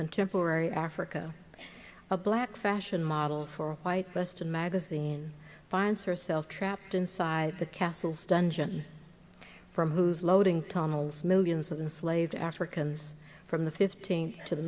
contemporary africa a black fashion model for white boston magazine finds herself trapped inside the castle stun jhon from whose loading tunnels millions of the slaves africans from the fifteenth to the